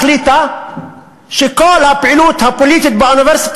החליטה שכל הפעילות הפוליטית באוניברסיטה